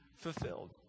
fulfilled